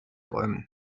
bäumen